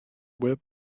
whip